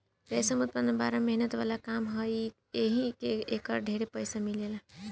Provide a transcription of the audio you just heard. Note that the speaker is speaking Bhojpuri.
रेशम के उत्पदान बड़ा मेहनत वाला काम ह एही से एकर ढेरे पईसा मिलेला